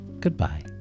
Goodbye